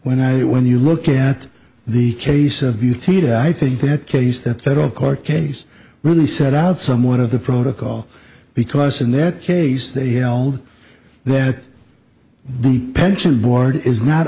when i when you look at the case of beauty i think that case the federal court case when they set out some one of the protocol because in that case they held that the pension board is not